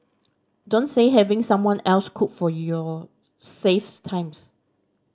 don't say having someone else cook for you saves times